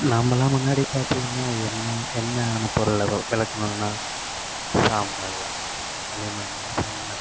நாமெலாம் முன்னாடி பார்த்திங்கன்னா எண்ணெய் எண்ணெயான பொருளை விளக்கணுன்னா சாம்பல் களிமண் செம்மண்